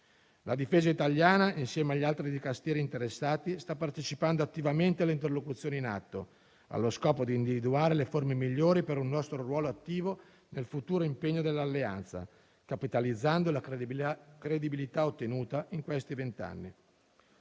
La Difesa italiana, insieme agli altri Dicasteri interessati, sta partecipando attivamente alle interlocuzioni in atto, allo scopo di individuare le forme migliori per un nostro ruolo attivo nel futuro impegno dell'Alleanza, capitalizzando la credibilità ottenuta in questi vent'anni.